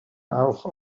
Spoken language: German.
auch